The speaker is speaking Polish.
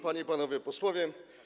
Panie i Panowie Posłowie!